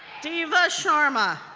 diva sharma,